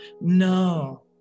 No